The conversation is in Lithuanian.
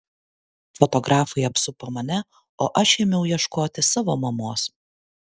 fotografai apsupo mane o aš ėmiau ieškoti savo mamos